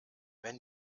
wenn